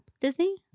Disney